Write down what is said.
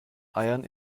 eiern